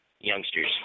youngsters